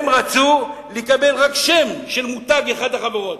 הם רצו לקבל רק שם של מותג, אחת החברות.